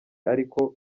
ariko